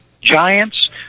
giants